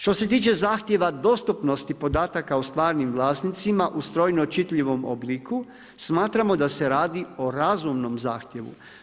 Što se tiče zahtjeva dostupnosti podataka o stvarnim vlasnicima u strojno čitljivom obliku, smatramo da se radi o razumnom zahtjevu.